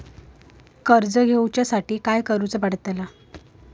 कर्ज घेऊच्या खातीर काय करुचा पडतला?